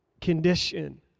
condition